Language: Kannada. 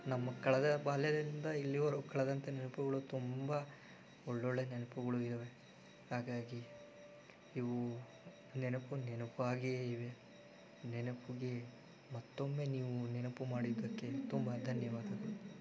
ನಮ್ಮ ಕಳೆದ ಬಾಲ್ಯದಿಂದ ಇಲ್ಲಿವರೆಗೂ ಕಳೆದಂತಹ ನೆನಪುಗಳು ತುಂಬ ಒಳ್ಳೊಳ್ಳೆ ನೆನಪುಗಳು ಇವೆ ಹಾಗಾಗಿ ಇವು ನೆನಪು ನೆನಪಾಗಿಯೇ ಇವೆ ನೆನಪಿಗೆ ಮತ್ತೊಮ್ಮೆ ನೀವು ನೆನಪು ಮಾಡಿದ್ದಕ್ಕೆ ತುಂಬ ಧನ್ಯವಾದ